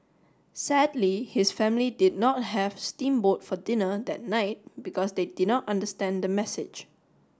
sadly his family did not have steam boat for dinner that night because they did not understand the message